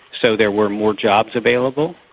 so there were more jobs available.